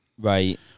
Right